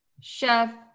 Chef